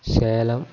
Salem